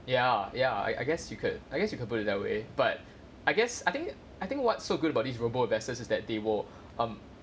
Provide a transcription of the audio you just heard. ya ya I I guess you could I guess you could put it that way but I guess I think I think what's so good about these global investors is that they will um